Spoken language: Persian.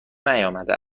نیامده